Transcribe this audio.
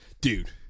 Dude